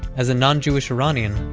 as a non-jewish iranian,